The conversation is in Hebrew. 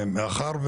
שנים.